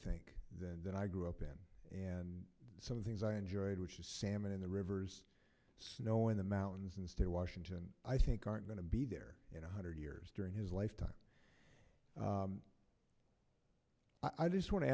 think than that i grew up in and some things i enjoy which is salmon in the rivers snow in the mountains and stay washington i think aren't going to be there in a hundred years during his lifetime i just want to